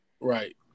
Right